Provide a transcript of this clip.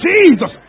Jesus